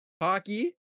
hockey